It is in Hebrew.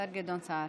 השר גדעון סער.